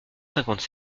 cinquante